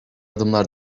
adımlar